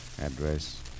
Address